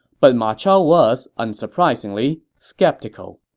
but ma chao was unsurprisingly skeptical,